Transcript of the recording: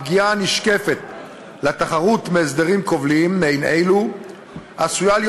הפגיעה הנשקפת לתחרות מהסדרים כובלים מעין אלו עשויה להיות